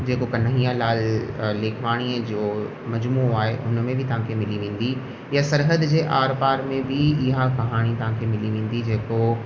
जेको कन्हैयालाल लेखवाणीअ जो मजमूओ आहे हुन में बि तव्हांखे मिली वेंदी इहा सरहद जे आरपार में बि इहा कहाणी तव्हांखे मिली वेंदी जेको